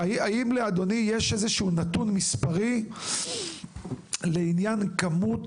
האם לאדוני יש איזשהו נתון מספרי לעניין כמות